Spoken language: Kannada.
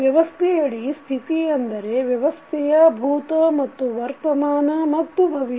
ವ್ಯವಸ್ಥೆಯಡಿ ಸ್ಥಿತಿ ಎಂದರೆ ವ್ಯವಸ್ಥೆಯ ಭೂತ ಮತ್ತು ವರ್ತಮಾನ ಮತ್ತು ಭವಿಷ್ಯ